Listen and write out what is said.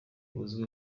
uzwi